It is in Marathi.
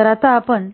तर आता आपण